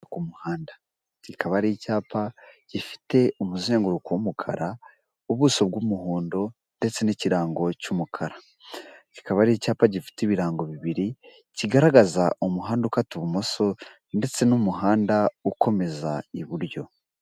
Icyapa cyo Ku muhanda kikaba ari icyapa gifite umuzenguruko w'umukara, ubuso bw'umuhondo ndetse n'ikirango cy'umukara. Kikaba ari icyapa gifite ibirango bibiri kigaragaza umuhanda ukata ubumoso, ndetse n'umuhanda ukomeza iburyo.